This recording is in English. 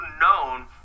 known